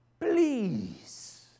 please